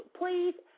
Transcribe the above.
please